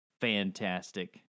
fantastic